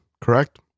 correct